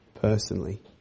personally